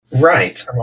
Right